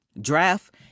draft